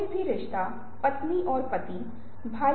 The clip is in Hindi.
यह दृश्यों का एक आयाम है